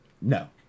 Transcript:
No